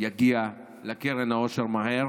יגיע לקרן העושר מהר